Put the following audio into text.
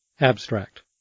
Abstract